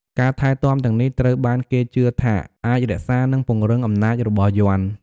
ការថែទាំទាំងនេះ ត្រូវបានគេជឿថាអាចរក្សា និងពង្រឹងអំណាចរបស់យ័ន្ត។